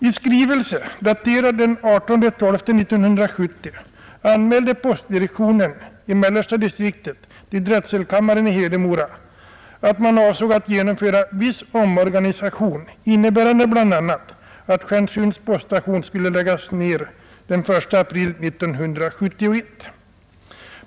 I skrivelse, daterad den 18 december 1970, anmälde postdirektionen i mellersta distriktet till drätselkammaren i Hedemora att man avsåg att genomföra viss omorganisation, innebärande bl.a. att Stjärnsunds poststation skulle läggas ned den 1 april 1971.